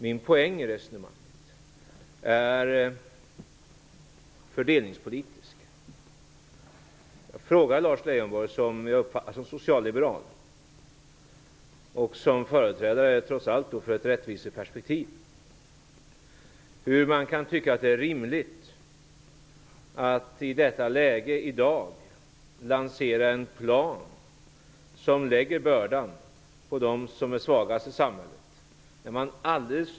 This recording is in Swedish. Min poäng i resonemanget är fördelningspolitisk. Jag frågade Lars Leijonborg, som jag uppfattar som socialliberal och företrädare för ett rättviseperspektiv, hur man kan tycka att det är rimligt att i detta läge lansera en plan som lägger bördan på dem som är svagast i samhället.